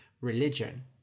religion